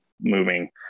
moving